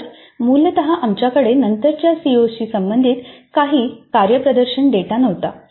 तर मूलत आमच्याकडे नंतरच्या सीओशी संबंधित काही कार्यप्रदर्शन डेटा नव्हता